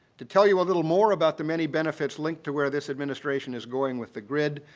to tell you a little more about the many benefits linked to where this administration is going with the grid,